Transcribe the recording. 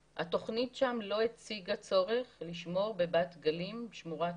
התוכנית שם לא הציגה צורך לשמור בבת גלים שמורת